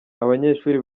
abanyeshuri